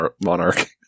Monarch